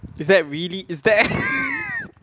is that really is that